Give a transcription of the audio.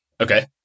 okay